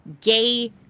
gay